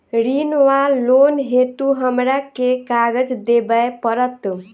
ऋण वा लोन हेतु हमरा केँ कागज देबै पड़त?